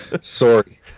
sorry